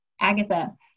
Agatha